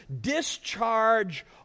discharge